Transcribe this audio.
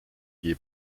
gear